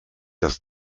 das